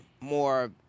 more